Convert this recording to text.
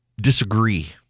disagree